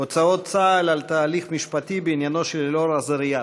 הוצאות צה"ל על ההליך המשפטי בעניינו של אלאור עזריה.